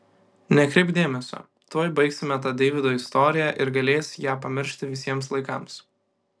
nekreipk dėmesio tuoj baigsime tą deivydo istoriją ir galės ją pamiršti visiems laikams